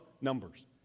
numbers